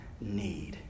need